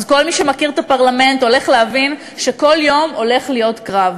אז כל מי שמכיר את הפרלמנט הולך להבין שכל יום הולך להיות קרב.